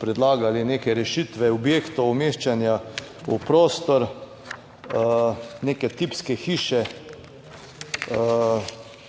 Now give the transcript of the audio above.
predlagali neke rešitve objektov umeščanja v prostor neke tipske hiše,